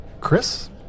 Chris